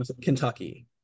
Kentucky